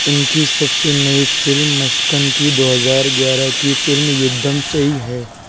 ان کی سب سے نئی فلم مشکن کی دو ہزار گیارہ کی فلم یدھم سیئی ہے